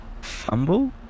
Fumble